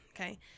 okay